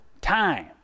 time